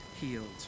healed